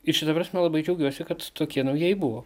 ir šita prasme labai džiaugiuosi kad tokie naujieji buvo